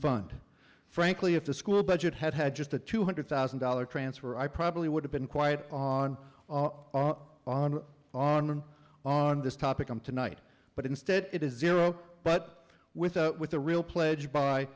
fund frankly if the school budget had had just a two hundred thousand dollars transfer i probably would have been quite on on on on this topic on tonight but instead it is zero but with a with the real pledge by